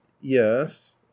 yes